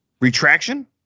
retraction